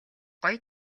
гоё